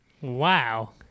Wow